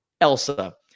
Elsa